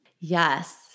Yes